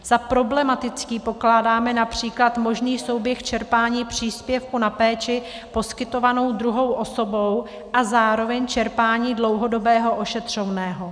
Za problematický pokládáme například možný souběh čerpání příspěvku na péči poskytovanou druhou osobou a zároveň čerpání dlouhodobého ošetřovného.